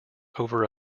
over